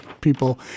people